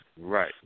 Right